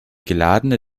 geladene